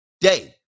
day